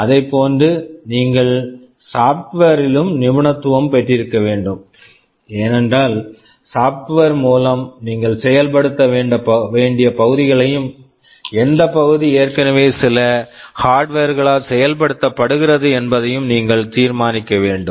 அதைப்போன்று நீங்கள் software software லும் நிபுணத்துவம் பெற்றிருக்க வேண்டும் ஏனென்றால் சாப்ட்வேர் software மூலம் நீங்கள் செயல்படுத்த வேண்டிய பகுதிகளையும் எந்த பகுதி ஏற்கனவே சில ஹார்ட்வர் hardware களால் செயல்படுத்தப்படுகிறது என்பதையும் நீங்கள் தீர்மானிக்க வேண்டும்